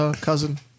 cousin